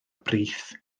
brith